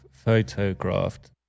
Photographed